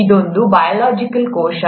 ಅದೊಂದು ಬಯೋಲಾಜಿಕಲ್ ಕೋಶ